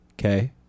Okay